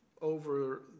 over